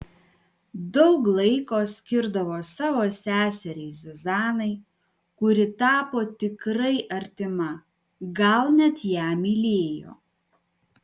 daug laiko skirdavo savo seseriai zuzanai kuri tapo tikrai artima gal net ją mylėjo